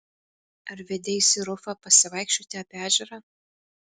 ar vedeisi rufą pasivaikščioti apie ežerą